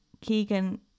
keegan